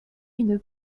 une